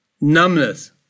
numbness